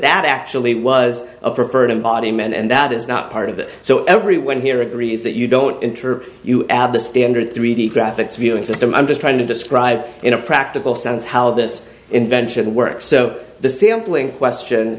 that actually was a preferred embodiment and that is not part of that so everyone here agrees that you don't enter you add the standard three d graphics viewing system i'm just trying to describe in a practical sense how this invention works so the sampling question